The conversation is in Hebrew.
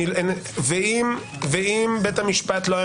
ואם בית המשפט לא היה